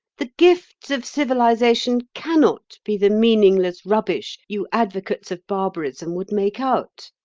the gifts of civilisation cannot be the meaningless rubbish you advocates of barbarism would make out.